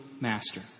master